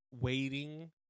waiting